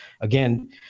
Again